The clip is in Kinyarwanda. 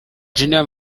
junior